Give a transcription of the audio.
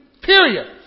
Period